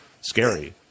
scary